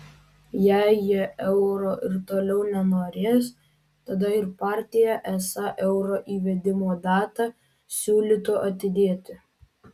jei jie euro ir toliau nenorės tada ir partija esą euro įvedimo datą siūlytų atidėti